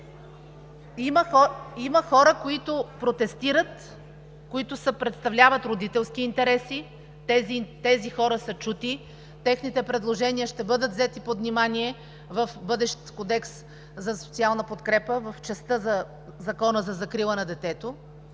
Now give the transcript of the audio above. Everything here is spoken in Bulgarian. Има хора, които протестират, които представляват родителски интереси. Тези хора са чути, техните предложения ще бъдат взети под внимание в бъдещ кодекс за социална подкрепа в частта на Закона за закрила на детето,